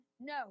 No